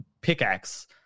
pickaxe